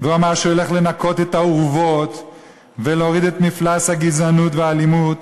והוא אמר שהוא הולך לנקות את האורוות ולהוריד את מפלס הגזענות והאלימות.